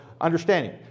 understanding